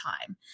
time